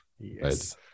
Yes